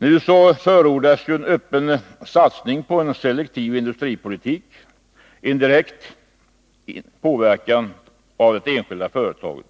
Nu förordas öppet en satsning på en selektiv industripolitik — en direkt påverkan på det enskilda företaget.